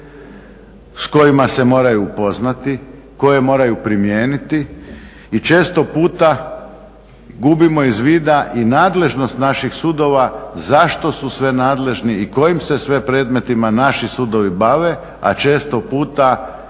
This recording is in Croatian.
s kojima se moraju upoznati, koje moraju primijeniti i često puta gubimo iz vida i nadležnost naših sudova zašto su sve nadležni i kojim se sve predmetima naši sudovi bave, a često puta